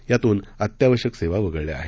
यातून अत्यावश्यक सेवा वगळल्या आहेत